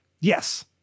Yes